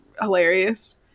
hilarious